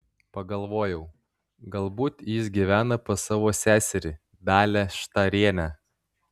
pagalvojau galbūt jis gyvena pas savo seserį dalią štarienę